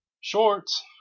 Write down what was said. shorts